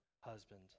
husband